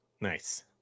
Nice